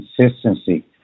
consistency